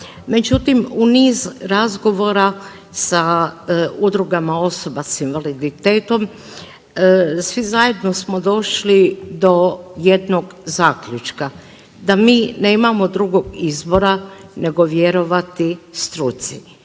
Međutim, u niz razgovora sa udrugama osoba s invaliditetom svi zajedno smo došli do jednog zaključka da mi nemamo drugog izbora nego vjerovati struci,